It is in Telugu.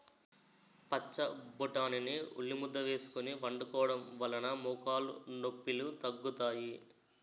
పచ్చబొటాని ని ఉల్లిముద్ద వేసుకొని వండుకోవడం వలన మోకాలు నొప్పిలు తగ్గుతాయి